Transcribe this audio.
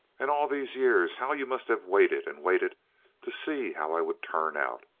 and all these years how you must have waited, and waited to see how i would turn out,